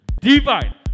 Divine